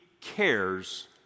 cares